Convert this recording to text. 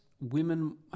women